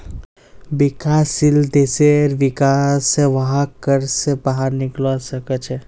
विकासशील देशेर विका स वहाक कर्ज स बाहर निकलवा सके छे